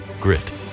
grit